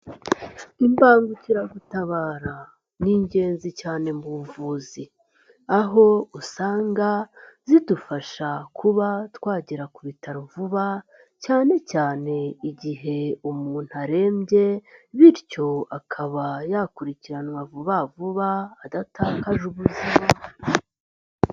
Imbagukiragutabara ni ingenzi cyane mu buvuzi. Aho usanga zidufasha kuba twagera ku bitaro vuba, cyane cyane igihe umuntu arembye, bityo akaba yakurikiranwa vuba vuba adatakaje ubuzima.